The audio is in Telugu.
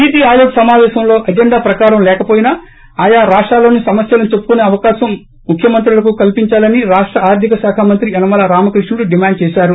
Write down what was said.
నీతి ఆయోగ్ సమాపేశంలో అజెండా ప్రకారం కాకపోయినా ఆయా రాష్టాల్లోని సమస్యలను చెప్పుకునే అవకాశం ముఖ్యమంత్రులకు కల్సించాలని రాష్ట ఆర్గిక శాఖ మంత్రి యనమల రామకృష్ణుడు డిమాండ్ చేశారు